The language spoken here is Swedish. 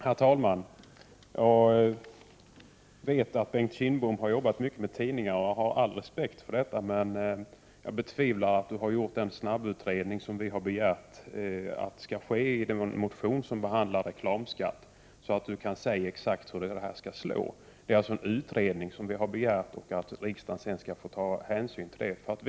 Herr talman! Jag vet att Bengt Kindbom har arbetat mycket med tidningar, och jag har all respekt för det. Men jag betvivlar att han har gjort den snabbutredning som vi begärde i den motion som behandlar reklamskatten, så att han exakt kan säga hur den slår. Vi har alltså begärt en utredning som riksdagen sedan skall ta hänsyn till vid sin bedömning.